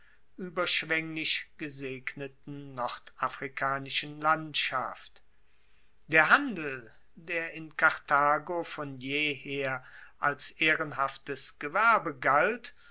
ueberschwenglich gesegneten nordafrikanischen landschaft der handel der in karthago von jeher als ehrenhaftes gewerbe galt